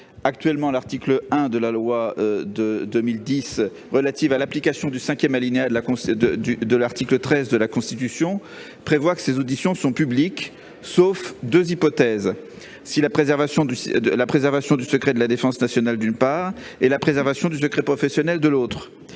Actuellement, l'article 1 de la loi n° 2010-838 du 23 juillet 2010 relative à l'application du cinquième alinéa de l'article 13 de la Constitution prévoit que ces auditions sont publiques, sauf deux hypothèses : la préservation du secret de la défense nationale et la préservation du secret professionnel. Si la